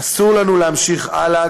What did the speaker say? אסור לנו להמשיך הלאה,